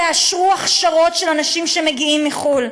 תאשרו הכשרות של אנשים מחו"ל,